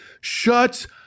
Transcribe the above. shut